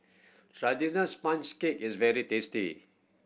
traditional sponge cake is very tasty